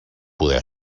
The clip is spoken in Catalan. poder